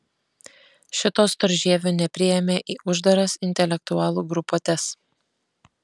šito storžievio nepriėmė į uždaras intelektualų grupuotes